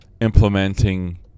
Implementing